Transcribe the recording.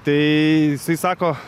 tai jisai sako